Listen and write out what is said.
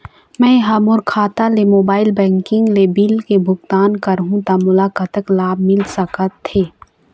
मैं हा मोर खाता ले मोबाइल बैंकिंग ले बिल के भुगतान करहूं ता मोला कतक लाभ मिल सका थे?